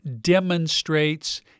demonstrates